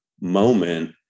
moment